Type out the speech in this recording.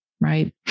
right